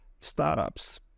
startups